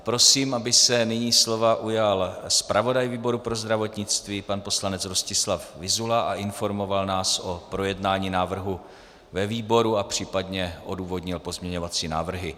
Prosím, aby se nyní slova ujal zpravodaj výboru pro zdravotnictví pan poslanec Rostislav Vyzula a informoval nás o projednání návrhu ve výboru a případně odůvodnil pozměňovací návrhy.